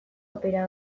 opera